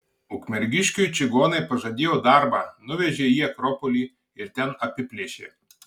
ukmergiškiui čigonai pažadėjo darbą nuvežė į akropolį ir ten apiplėšė